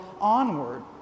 onward